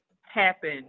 happen